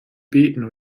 beete